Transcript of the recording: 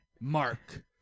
Mark